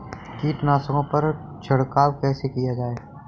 कीटनाशकों पर छिड़काव कैसे किया जाए?